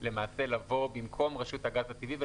שלום לכולם.